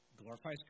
Glorifies